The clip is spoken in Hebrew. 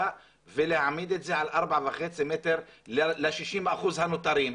ולהעמיד את זה על 4.5 מטר ל-60% הנותרים,